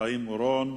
חיים אורון.